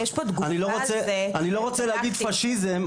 אני לא רוצה להגיד פשיזם,